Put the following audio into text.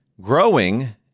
growing